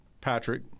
Patrick